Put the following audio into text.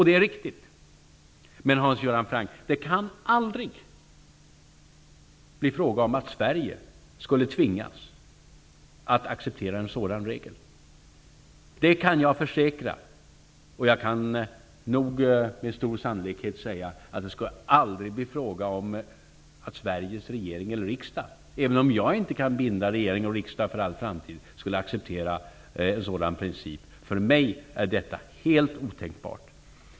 Det är riktigt. Men, Hans Göran Franck, det kan aldrig bli fråga om att Sverige skulle tvingas att acceptera en sådan regel. Det kan jag försäkra. Jag kan nog med stor sannolikhet säga att det aldrig kommer att bli fråga om att Sveriges regering eller riksdag, även om jag inte kan binda regering och riksdag för all framtid, skulle acceptera en sådan princip. För mig är detta helt otänkbart.